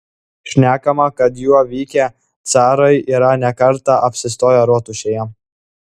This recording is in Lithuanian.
šnekama kad juo vykę carai yra ne kartą apsistoję rotušėje